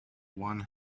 one